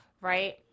Right